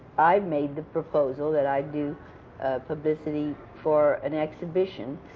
i made the proposal that i'd do publicity for an exhibition,